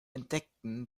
entdeckten